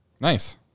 Nice